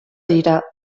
dira